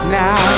now